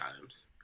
times